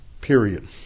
period